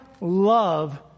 love